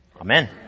Amen